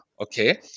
okay